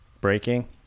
breaking